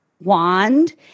wand